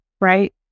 right